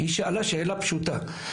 היא שאלה שאלה פשוטה,